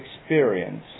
experience